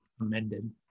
amended